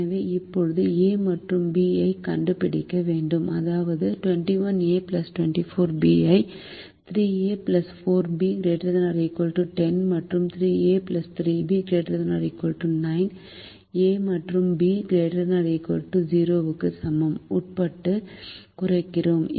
எனவே இப்போது a மற்றும் b ஐக் கண்டுபிடிக்க வேண்டும் அதாவது 21a 24b ஐ 3a 4b ≥ 10 மற்றும் 3a 3b ≥ 9 a மற்றும் b ≥ 0 க்கு உட்பட்டு குறைக்கிறோம்